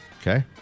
Okay